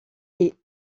est